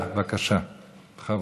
של חבר